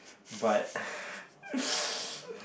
but